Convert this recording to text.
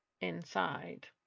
inside